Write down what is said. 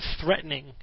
threatening